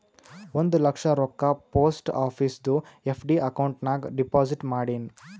ಒಂದ್ ಲಕ್ಷ ರೊಕ್ಕಾ ಪೋಸ್ಟ್ ಆಫೀಸ್ದು ಎಫ್.ಡಿ ಅಕೌಂಟ್ ನಾಗ್ ಡೆಪೋಸಿಟ್ ಮಾಡಿನ್